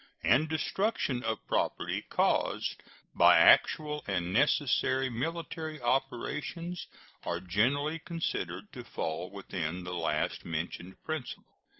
and destruction of property caused by actual and necessary military operations are generally considered to fall within the last-mentioned principle.